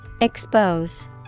Expose